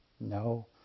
No